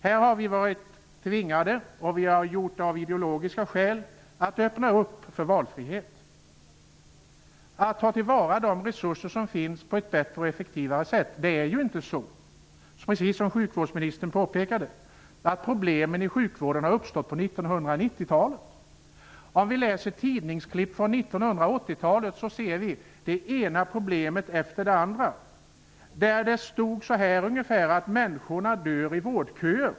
Vi har varit tvingade, och vi har gjort det av ideologiska skäl, att öppna upp för valfrihet och att ta till vara de resurser som finns på ett bättre och effektivare sätt. Precis som sjukvårdsministern påpekade har inte problemen i sjukvården uppstått under 1990-talet. Om man läser tidningsklipp från 1980-talet kan man ta del av det ena problemet efter det andra. Det stod ungefär så här: Människorna dör i vårdköer.